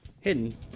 hidden